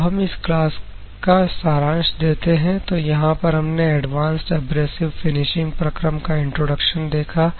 अब हम इस क्लास का सारांश देते हैं तो यहां पर हमने एडवांस्ड एब्रेसिव फिनिशिंग प्रक्रम का इंट्रोडक्शन देखा